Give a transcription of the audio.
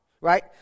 right